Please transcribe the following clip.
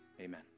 Amen